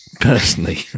personally